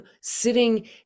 sitting